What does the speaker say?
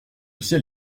ciel